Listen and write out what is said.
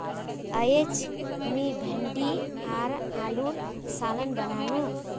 अयेज मी भिंडी आर आलूर सालं बनानु